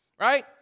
right